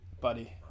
buddy